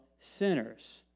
sinners